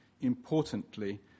importantly